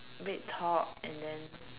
red top and then